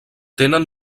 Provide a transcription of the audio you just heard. tenen